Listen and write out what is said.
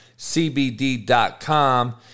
cbd.com